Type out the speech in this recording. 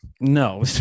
No